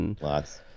Lots